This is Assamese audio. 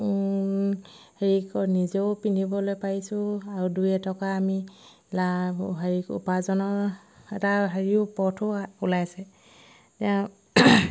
হেৰি নিজেও পিন্ধিবলৈ পাৰিছোঁ আৰু দুই এটকা আমি লাভ হেৰি উপাৰ্জনৰ এটা হেৰিও পথো ওলাইছে তেও